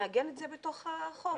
נעגן את זה בתוך החוק.